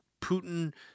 Putin